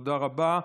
תודה רבה.